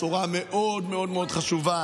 בשורה מאוד מאוד מאוד חשובה